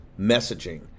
messaging